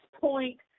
point